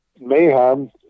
Mayhem